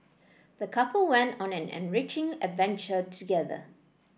the couple went on an enriching adventure together